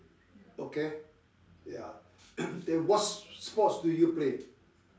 okay ya then what sports do you play